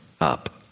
up